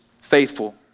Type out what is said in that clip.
faithful